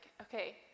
okay